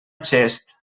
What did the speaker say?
xest